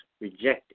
rejected